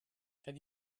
have